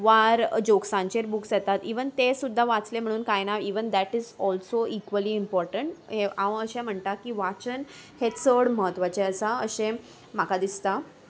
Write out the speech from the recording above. वा जोक्सांचेर बुक्स येतात इवन ते सुद्दा वाचलें म्हणून कांय ना even the that is also equally important हे हांव अशें म्हणटा की वाचन हें चड म्हत्वाचें आसा अशें म्हाका दिसता